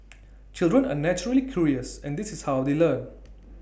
children are naturally curious and this is how they learn